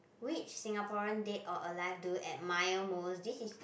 which Singaporean dead or alive do you admire most this is it